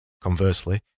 conversely